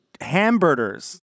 hamburgers